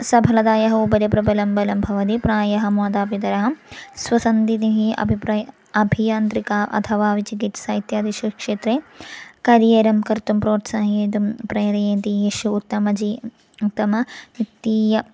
सफलतायाः उपरि प्रबलं बलं भवति प्रायः मातापितरः स्वसन्ततेः अभिप्रायः अभियान्त्रिका अथवा विचिकित्सा इत्यादिषु क्षेत्रे कार्यं कर्तुं प्रोत्साहयितुं प्रेरयन्ति येषु उत्तम जी उत्तमवित्तीय